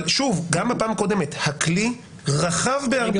אבל שוב, גם בפעם הקודמת, הכלי רחב בהרבה.